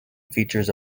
features